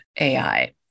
AI